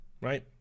right